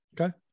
Okay